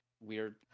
weird